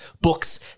Books